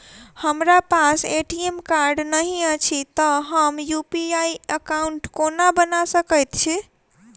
हमरा पास ATM card नहि अछि तए हम यु.पी.आई एकॉउन्ट कोना बना सकैत छी